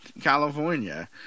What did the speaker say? California